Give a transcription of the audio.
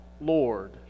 Lord